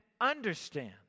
understand